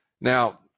Now